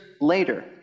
later